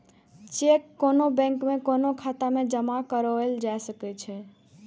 cheque कोनो bank में कोनो खाता मे जमा कराओल जा सकै छै